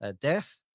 death